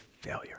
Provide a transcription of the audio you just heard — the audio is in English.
failure